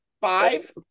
five